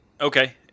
Okay